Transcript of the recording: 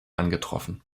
angetroffen